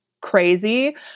crazy